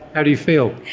how do you feel?